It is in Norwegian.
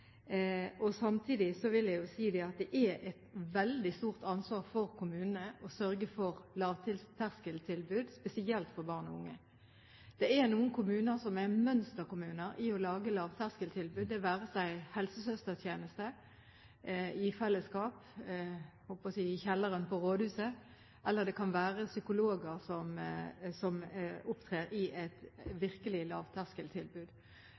Samtidig vil jeg jo si at det er et veldig stort ansvar for kommunene å sørge for lavterskeltilbud, spesielt for barn og unge. Det er noen kommuner som er mønsterkommuner når det gjelder å lage lavterskeltilbud, det være seg helsesøstertjenester i fellesskap – jeg holdt på å si – i kjelleren på rådhuset, eller det kan være psykologer som opptrer i et